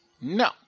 No